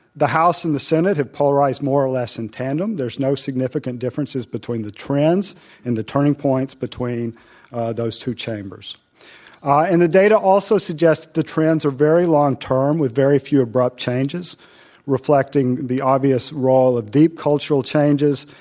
the house and the senate have polarized more or less in tandem. there's no significant differences between the trend and the turning points between those two chambers. i and the data also suggest the trends are very long term with very few abrupt changes reflecting the obvious role of deep cultural changes,